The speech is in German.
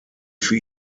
für